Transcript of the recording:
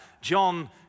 John